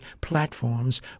platforms